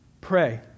Pray